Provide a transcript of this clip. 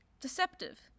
deceptive